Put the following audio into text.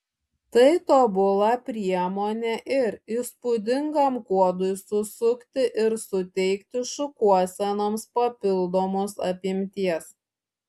tai tobula priemonė ir įspūdingam kuodui susukti ir suteikti šukuosenoms papildomos apimties